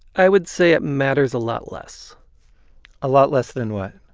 i would say it matters a lot less a lot less than what?